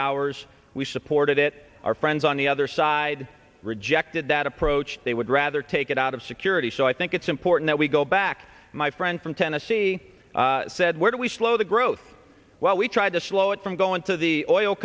hours we supported it our friends on the other side rejected that approach they would rather take it out of security so i think it's important we go back my friend from tennessee said where do we slow the growth while we tried to slow it from going to the oil